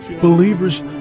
Believers